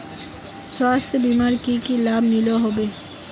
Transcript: स्वास्थ्य बीमार की की लाभ मिलोहो होबे?